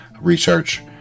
research